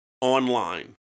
online